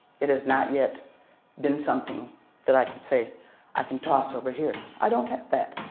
it has not yet been something that i can say i can toss over here. i don't have that.